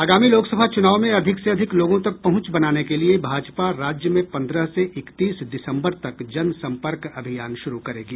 आगामी लोकसभा चुनाव में अधिक से अधिक लोगों तक पहुंच बनाने के लिए भाजपा राज्य में पन्द्रह से इकतीस दिसम्बर तक जनसम्पर्क अभियान शुरू करेगी